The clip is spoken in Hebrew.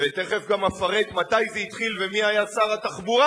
ותיכף גם אפרט מתי זה התחיל ומי היה שר התחבורה